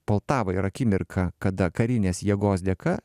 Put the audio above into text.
poltava ir akimirka kada karinės jėgos dėka